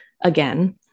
Again